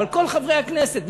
אבל כל חברי הכנסת,